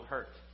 Hurt